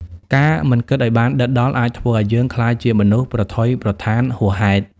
ការមិនគិតឱ្យបានដិតដល់ អាចធ្វើឱ្យយើងក្លាយជាមនុស្សប្រថុយប្រថានហួសហេតុ។